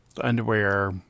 underwear